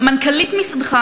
מנכ"לית משרדך